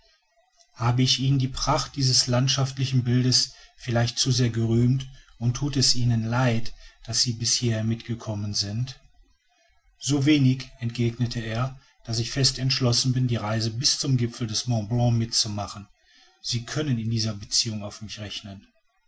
habe ich ihnen die pracht dieses landschaftlichen bildes vielleicht zu sehr gerühmt und thut es ihnen leid daß sie bis hierher mitgekommen sind so wenig entgegnete er daß ich fest entschlossen bin die reise bis zum gipfel des mont blanc mitzumachen sie können in dieser beziehung auf mich rechnen